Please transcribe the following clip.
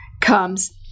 comes